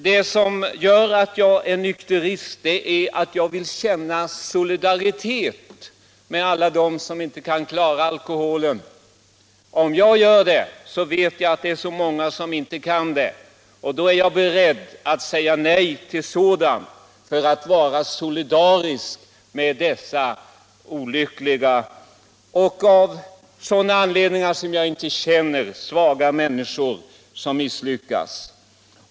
Det som gör att jag är nykterist är att jag vill känna solidaritet med alla dem som inte kan klara alkoholen. Även om jag skulle göra det, vet jag att det är så många som inte kan det, och jag är beredd att säga nej till alkohol för att vara solidarisk med dessa olyckliga och — av anledningar som jag inte känner — svaga människor som misslyckas.